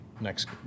Next